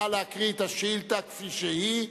נא להקריא את השאילתא כפי שהיא,